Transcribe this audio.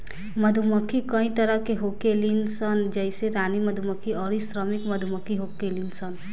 मधुमक्खी कई तरह के होखेली सन जइसे रानी मधुमक्खी अउरी श्रमिक मधुमक्खी होखेली सन